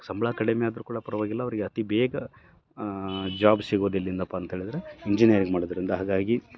ಸಂಬಳ ಕಡಿಮೆ ಆದರೂ ಕೂಡ ಪರ್ವಾಗಿಲ್ಲ ಅವರಿಗೆ ಅತೀ ಬೇಗ ಜಾಬ್ ಸಿಗೋದೆಲ್ಲಿಂದಪ್ಪ ಅಂತ ಹೇಳಿದರೆ ಇಂಜೀನಿಯರಿಂಗ್ ಮಾಡೋದರಿಂದ ಹಾಗಾಗಿ